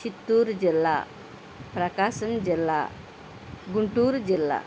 చిత్తూరు జిల్లా ప్రకాశం జిల్లా గుంటూరు జిల్లా